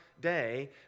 day